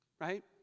right